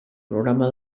programa